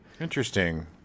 Interesting